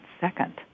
second